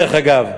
דרך אגב,